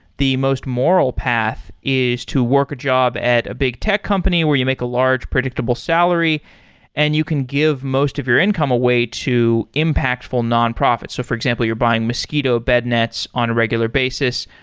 the most moral path is to work a job and a big tech company where you make a large predictable salary and you can give most of your income away to impactful nonprofits. so for example you're buying mosquito bed nets on a regular basis,